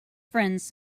friends